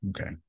Okay